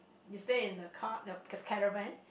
you stay in the car the car~ caravan